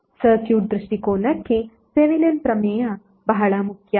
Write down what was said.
circuit ದೃಷ್ಟಿಕೋನಕ್ಕೆ Thevenin ಪ್ರಮೇಯ ಬಹಳ ಮುಖ್ಯ